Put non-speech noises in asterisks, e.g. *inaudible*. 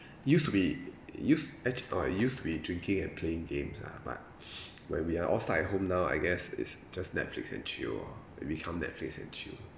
used to be used ac~ oh I used to be drinking and playing games lah but *breath* when we are all stuck at home now I guess it's just netflix and chill lor it become netflix and chill